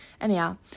Anyhow